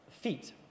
feet